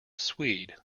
swede